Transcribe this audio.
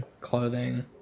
clothing